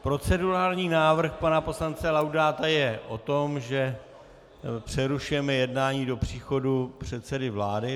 Procedurální návrh pana poslance Laudáta je o tom, že přerušujeme jednání do příchodu předsedy vlády.